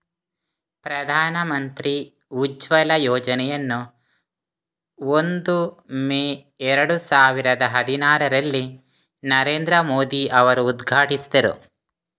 ಪ್ರಧಾನ ಮಂತ್ರಿ ಉಜ್ವಲ ಯೋಜನೆಯನ್ನು ಒಂದು ಮೇ ಏರಡು ಸಾವಿರದ ಹದಿನಾರರಲ್ಲಿ ನರೇಂದ್ರ ಮೋದಿ ಅವರು ಉದ್ಘಾಟಿಸಿದರು